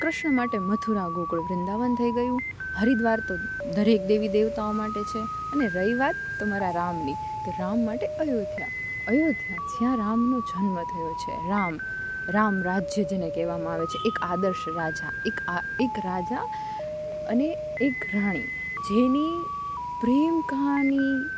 કૃષ્ણ માટે મથુરા ગોકુળ વૃંદાવન થઈ ગયું હરિદ્વાર તો દરેક દેવી દેવતાઓ માટે છે અને રહી વાત તો મારા રામની તો રામ માટે અયોધ્યા અયોધ્યા જ્યાં રામનો જન્મ થયો છે રામ રામરાજ્ય જેને કહેવામાં આવે છે એક આદર્શ રાજા એક એક રાજા અને એક રાણી જેની પ્રેમ કહાની